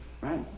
Right